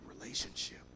relationship